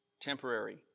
temporary